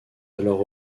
alors